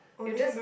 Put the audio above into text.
you're just